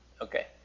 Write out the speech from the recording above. Okay